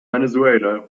venezuela